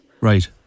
Right